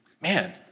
Man